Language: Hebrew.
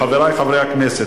חברי חברי הכנסת,